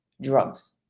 drugs